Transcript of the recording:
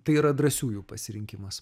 tai yra drąsiųjų pasirinkimas